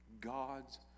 God's